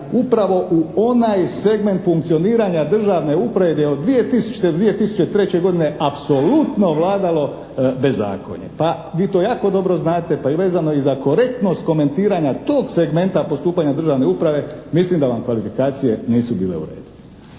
upravo u onaj segment funkcioniranja državne uprave gdje je od 2000. do 2003. godine apsolutno vladalo bezakonje. Pa vi to jako dobro znate, pa i vezano za korektnost komentiranja tog segmenta postupanja državne uprave, mislim da vam kvalifikacije nisu bile u redu.